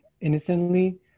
innocently